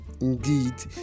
indeed